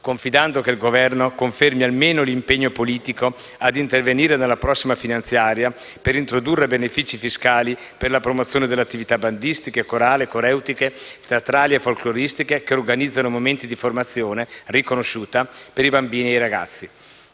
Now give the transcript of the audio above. confidando che il Governo confermi almeno l'impegno politico ad intervenire nella prossima finanziaria per introdurre benefici fiscali per la promozione delle attività bandistiche, corali, coreutiche, teatrali e folkloristiche che organizzano momenti di formazione riconosciuta per i bambini e i ragazzi.